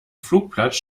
flugplatz